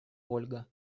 ольга